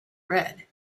red